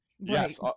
Yes